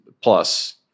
plus